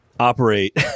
Operate